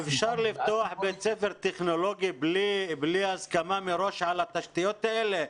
אפשר לפתוח בית ספר טכנולוגי בלי הסכמה מראש על התשתיות האלה?